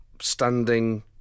standing